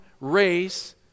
race